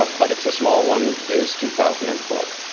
ah but it's a small one, is two thousand and four.